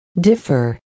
Differ